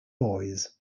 boys